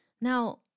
Now